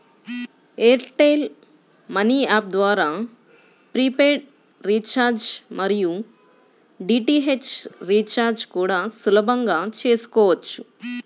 air tell money app ద్వారా prepaid recharge మరియు DTH recharge కూడా సులభంగా చేసుకోవచ్చు